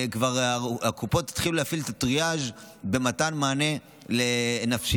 הקופות התחילו להפעיל את הטריאז' במתן מענה נפשי.